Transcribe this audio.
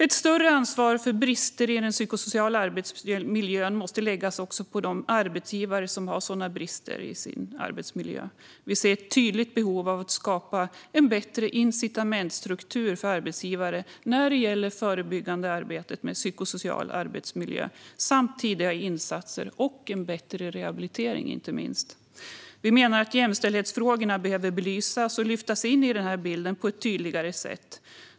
Ett större ansvar för brister i den psykosociala arbetsmiljön måste läggas också på de arbetsgivare som har sådana brister i sin arbetsmiljö. Vi ser ett tydligt behov av att skapa en bättre incitamentsstruktur för arbetsgivare när det gäller det förebyggande arbetet med psykosocial arbetsmiljö samt tidiga insatser och inte minst en bättre rehabilitering. Vi menar att jämställdhetsfrågorna behöver belysas och på ett tydligare sätt lyftas in i denna bild.